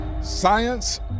Science